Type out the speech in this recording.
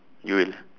you will